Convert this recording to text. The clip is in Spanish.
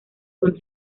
con